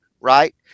Right